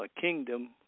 kingdom